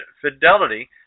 Fidelity